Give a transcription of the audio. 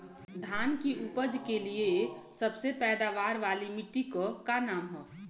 धान की उपज के लिए सबसे पैदावार वाली मिट्टी क का नाम ह?